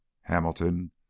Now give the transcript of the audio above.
Hamilton